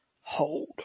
hold